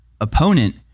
opponent